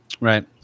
Right